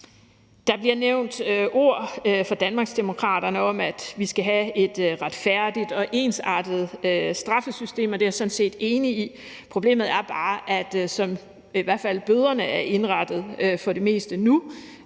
Det bliver nævnt af Danmarksdemokraterne, at vi skal have et retfærdigt og ensartet straffesystem, og det er jeg sådan set enig i. Problemet er bare, at som bøderne i hvert fald for det meste er